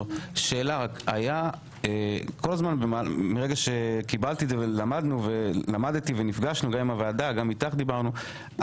שאלה מרגע שקיבלתי ולמדתי ונפגשנו גם עם הוועדה וגם איתך דיברנו,